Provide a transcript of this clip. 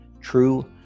true